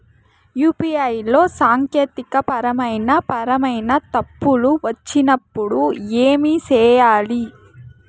UPI లో సాంకేతికపరమైన పరమైన తప్పులు వచ్చినప్పుడు ఏమి సేయాలి